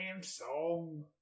song